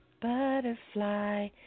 butterfly